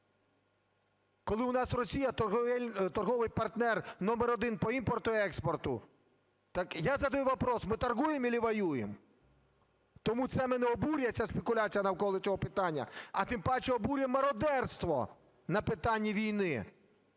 коли у нас Росія – торговий партнер номер один по імпорту-експорту. Так я задаю вопрос: мы торгуем или воюем? Тому це мене обурює, ця спекуляція навколо цього питання, а тим паче обурює мародерство на питанні